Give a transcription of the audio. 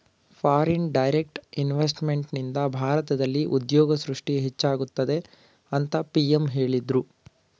foreign direct ಇನ್ವೆಸ್ತ್ಮೆಂಟ್ನಿಂದ ಭಾರತದಲ್ಲಿ ಉದ್ಯೋಗ ಸೃಷ್ಟಿ ಹೆಚ್ಚಾಗುತ್ತದೆ ಅಂತ ಪಿ.ಎಂ ಹೇಳಿದ್ರು